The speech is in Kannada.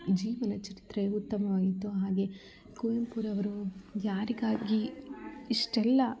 ಜೀವನ ಚಿತ್ರವು ಉತ್ತಮವಾಗಿತ್ತು ಹಾಗೆ ಕುವೆಂಪುರವರು ಯಾರಿಗಾಗಿ ಇಷ್ಟೆಲ್ಲ